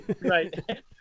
Right